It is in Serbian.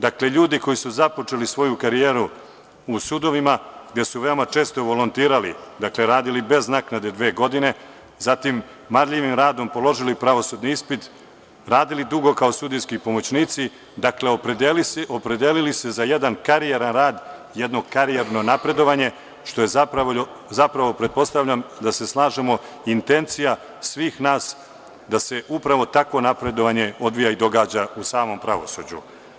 Dakle, ljudi koji su započeli svoju karijeru u sudovima, gde su veoma često volontirali, radili bez naknade dve godine, zatim marljivim radom položili pravosudni ispit, radili dugo kao sudijski pomoćnici, opredelili se za jedan karijeran rad, karijerno napredovanje, što je intencija svih nas da se upravo takvo napredovanje odvija i događa u samom pravosuđu.